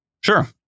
sure